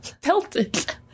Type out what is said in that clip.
pelted